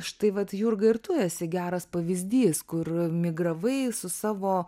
štai vat jurga ir tu esi geras pavyzdys kur migravai su savo